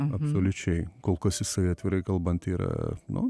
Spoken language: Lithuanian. absoliučiai kol kas jisai atvirai kalbant yra nu